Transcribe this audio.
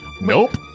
Nope